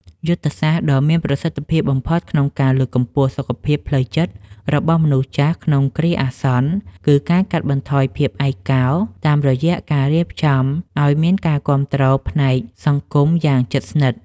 យុទ្ធសាស្ត្រដ៏មានប្រសិទ្ធភាពបំផុតក្នុងការលើកកម្ពស់សុខភាពផ្លូវចិត្តរបស់មនុស្សចាស់ក្នុងគ្រាអាសន្ន គឺ ការកាត់បន្ថយភាពឯកោ តាមរយៈការរៀបចំឱ្យមានការគាំទ្រផ្នែកសង្គមយ៉ាងជិតស្និទ្ធ។